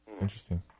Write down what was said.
Interesting